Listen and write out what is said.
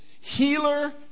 healer